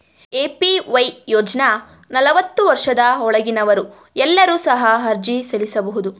APY ಯೋಜ್ನ ನಲವತ್ತು ವರ್ಷದ ಒಳಗಿನವರು ಎಲ್ಲರೂ ಸಹ ಅರ್ಜಿ ಸಲ್ಲಿಸಬಹುದು